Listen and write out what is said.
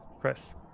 Chris